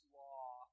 law